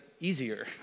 easier